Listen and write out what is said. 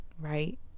Right